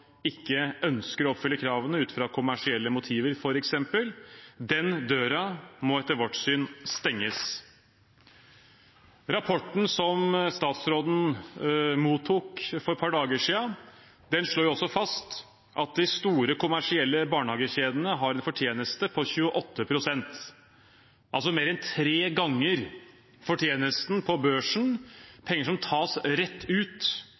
ikke ønsker å oppfylle kravene ut fra f.eks. kommersielle motiver. Den døra må etter vårt syn stenges. Rapporten som statsråden mottok for et par dager siden, slår fast at de store kommersielle barnehagekjedene har en fortjeneste på 28 pst., altså mer enn tre ganger fortjenesten på børsen – penger som tas rett ut